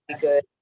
good